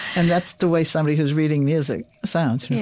and that's the way somebody who's reading music sounds. and yeah